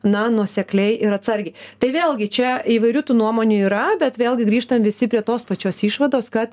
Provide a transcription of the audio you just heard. na nuosekliai ir atsargiai tai vėlgi čia įvairių tų nuomonių yra bet vėlgi grįžtam visi prie tos pačios išvados kad